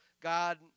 God